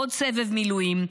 עוד סבב מילואים,